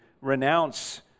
renounce